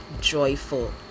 joyful